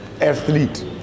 athlete